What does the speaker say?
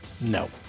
no